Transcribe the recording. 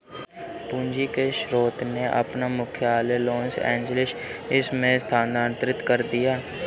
पूंजी के स्रोत ने अपना मुख्यालय लॉस एंजिल्स में स्थानांतरित कर दिया